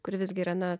kur visgi yra na